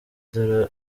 dore